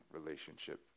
relationship